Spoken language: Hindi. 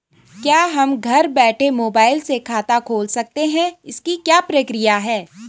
क्या हम घर बैठे मोबाइल से खाता खोल सकते हैं इसकी क्या प्रक्रिया है?